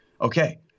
Okay